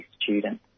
students